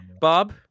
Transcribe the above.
Bob